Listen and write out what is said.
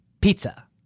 pizza